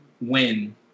win